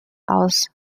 aus